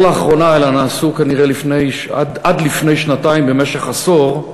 לא לאחרונה אלא נעשו כנראה עד לפני שנתיים במשך עשור,